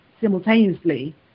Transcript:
simultaneously